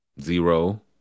Zero